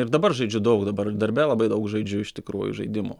ir dabar žaidžiu daug dabar darbe labai daug žaidžiu iš tikrųjų žaidimų